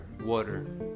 water